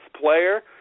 player